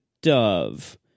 Dove